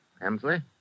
Hemsley